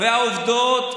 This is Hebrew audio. והעובדות,